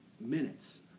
minutes